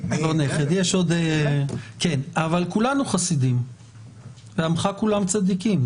אבל כולנו חסידים "בעמך כולם צדיקים".